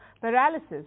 paralysis